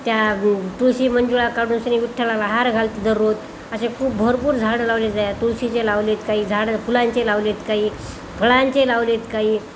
त्या तुळशी मंजूळा काढून श्री विठ्ठलाला हार घालते दररोज असे खूप भरपूर झाडं लावले आहे तुळशीचे लावले आहेत काही झाडं फुलांचे लावले आहेत काही फळांचे लावले आहेत काही